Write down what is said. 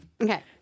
Okay